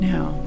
Now